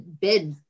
bid